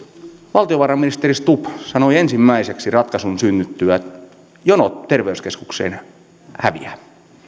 valtiovarainministeri stubb sanoi ensimmäiseksi ratkaisun synnyttyä jonot terveyskeskukseen häviävät